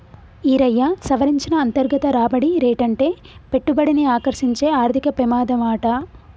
ఈరయ్యా, సవరించిన అంతర్గత రాబడి రేటంటే పెట్టుబడిని ఆకర్సించే ఆర్థిక పెమాదమాట